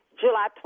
July